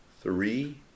three